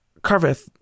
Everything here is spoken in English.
Carveth